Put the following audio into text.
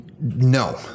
No